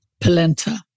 polenta